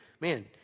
Man